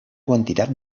quantitats